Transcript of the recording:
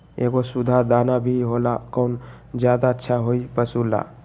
एगो सुधा दाना भी होला कौन ज्यादा अच्छा होई पशु ला?